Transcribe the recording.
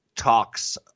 talks